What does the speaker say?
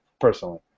personally